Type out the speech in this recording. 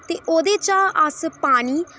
ते ओह्दे चा अस पानी